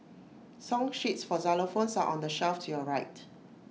song sheets for xylophones are on the shelf to your right